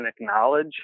acknowledge